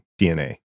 DNA